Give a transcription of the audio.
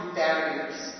barriers